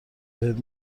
بهت